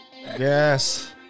Yes